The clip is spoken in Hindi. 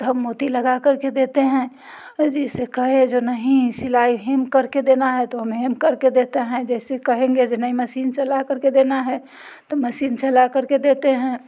तो हम मोती लगा कर के देते हैं जैसे कहें जो नहीं सिलाई हेम कर के देना है तो हम हेम कर के देते हैं जैसे कहेंगे कि नहीं मसीन चला कर के देना है तो मसीन चला कर के देते हैं